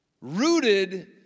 Rooted